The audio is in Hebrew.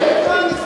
התפקיד שלנו,